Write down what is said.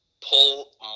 pull